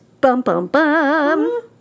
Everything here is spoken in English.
Bum-bum-bum